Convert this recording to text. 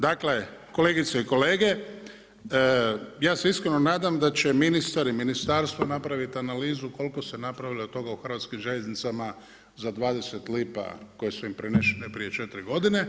Dakle, kolegice i kolege, ja se iskreno nadam da će ministar i ministarstvo napraviti analizu koliko se napravilo od toga u hrvatskim željeznicama za 20 lipa koje su im prenesene prije 4 godine.